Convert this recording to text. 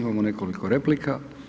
Imamo nekoliko replika.